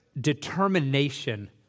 determination